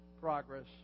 Progress